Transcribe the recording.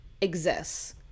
exists